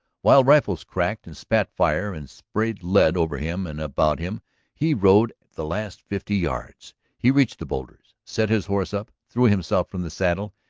while rifles cracked and spat fire and sprayed lead over him and about him he rode the last fifty yards. he reached the boulders, set his horse up, threw himself from the saddle,